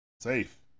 Safe